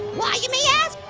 why, you may ask,